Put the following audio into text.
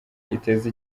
iteza